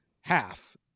half